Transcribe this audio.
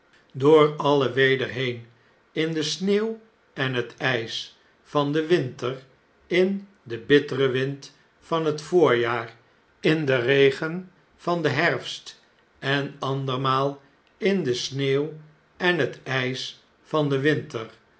door alle weder heen in de sneeuw en het jjs van den winter in den bitteren wind van het voorjaar in den regen van den herfst en andermaal in de sneeuw en het jjs van den winter